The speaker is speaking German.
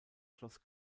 schloss